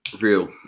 real